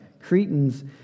Cretans